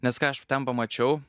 nes ką aš ten pamačiau